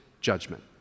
judgment